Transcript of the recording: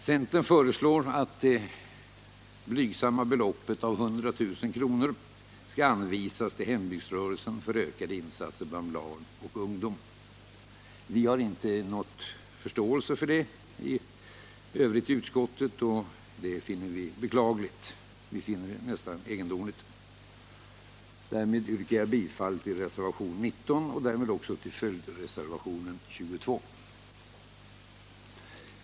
Centern föreslår att det blygsamma beloppet 100 000 kr. skall anvisas till hembygdsrörelsen för ökade insatser bland barn och ungdom. Vi har inte nått förståelse för det förslaget bland övriga partier i utskottet, och det finner vi beklagligt — nästan egendomligt. Jag yrkar bifall till reservationen 19 och därmed också till följdreservationen 22.